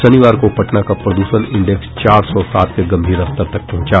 शनिवार को पटना का प्रद्षण इंडेक्स चार सौ सात के गंभीर स्तर तक पहुंचा